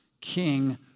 king